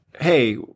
hey